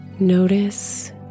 Notice